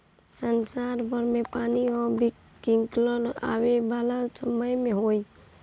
संसार भर में पानी कअ किल्लत आवे वाला समय में होई